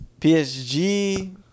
PSG